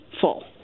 full